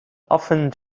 often